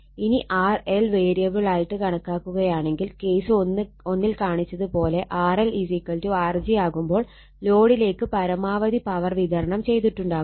ഇനി RL variable ആയിട്ട് കണക്കാക്കുകയാണെങ്കിൽ കേസ് 1 ൽ കാണിച്ചത് പോലെ RLRg ആകുമ്പോൾ ലോഡിലേക്ക് പരമാവധി പവർ വിതരണം ചെയ്തിട്ടുണ്ടാകും